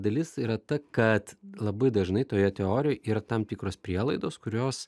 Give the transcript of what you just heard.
dalis yra ta kad labai dažnai toje teorijoj yra tam tikros prielaidos kurios